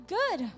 good